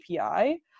API